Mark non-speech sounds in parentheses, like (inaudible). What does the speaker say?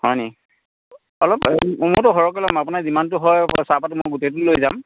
হয় নেকি অলপ (unintelligible) আপোনাৰ যিমানটো হয় চাহপাত মই গোটেইটো লৈ যাম